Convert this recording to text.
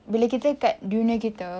bila kita kat dunia kita